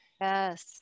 yes